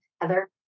Heather